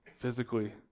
physically